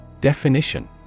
Definition